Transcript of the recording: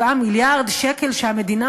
7 מיליארד שקל שהמדינה,